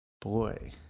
Boy